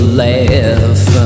laugh